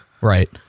right